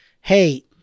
hey